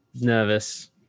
nervous